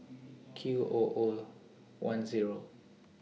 Q O O one Zero